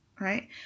right